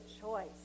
choice